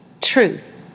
Truth